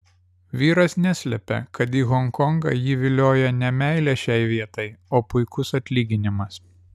vyras neslepia kad į honkongą jį vilioja ne meilė šiai vietai o puikus atlyginimas